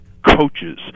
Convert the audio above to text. coaches